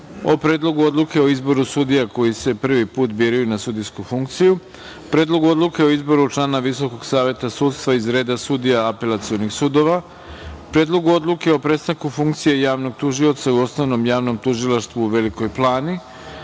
o: Predlogu odluke o izboru sudija koji se prvi put biraju na sudijsku funkciju, Predlog odluke o izboru člana Visokog saveta sudstva iz reda sudija apelacionih sudova, Predlog odluke o prestanku funkcije javnog tužioca u Osnovnom javnom tužilaštvu u Velikoj Plani,